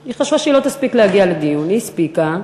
היא חשבה שהיא לא תספיק להגיע לדיון, היא הספיקה,